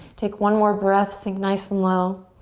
take one more breath, sink nice and low.